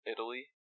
Italy